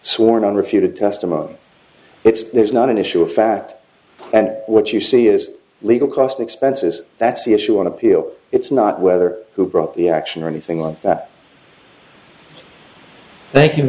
sworn on refuted testimony it's there's not an issue of fact and what you see is legal cost expenses that's the issue on appeal it's not whether who brought the action or anything like that thank you